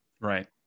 Right